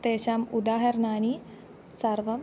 तेषाम् उदाहरणानि सर्वं